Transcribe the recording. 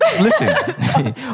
Listen